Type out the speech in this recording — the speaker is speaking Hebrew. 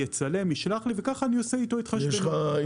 יצלם וישלח לי וככה אעשה איתו את ההתחשבנות.